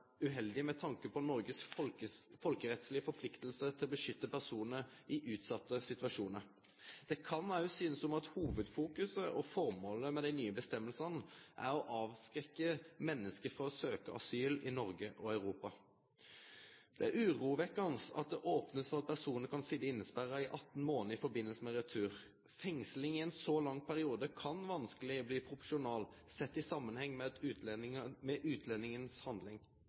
uheldig med tanke på Noreg sine folkerettslege forpliktingar til å beskytte personar i utsette situasjonar. Det kan òg synest som om hovudfokuset og formålet med dei nye føresegnene er å skremme menneske frå å søkje asyl i Noreg og Europa. Det er urovekkjande at det blir opna for at personar kan sitje innesperra i 18 månader i samband med retur. Fengsling i ein så lang periode kan vanskeleg bli proporsjonal sett i samanheng med utlendingen si handling.